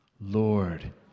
Lord